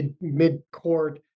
mid-court